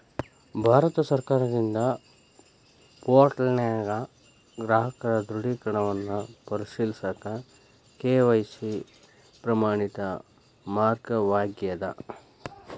ಭಾರತ ಸರ್ಕಾರದಿಂದ ಪೋರ್ಟಲ್ನ್ಯಾಗ ಗ್ರಾಹಕರ ದೃಢೇಕರಣವನ್ನ ಪರಿಶೇಲಿಸಕ ಕೆ.ವಾಯ್.ಸಿ ಪ್ರಮಾಣಿತ ಮಾರ್ಗವಾಗ್ಯದ